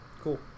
Cool